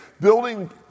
building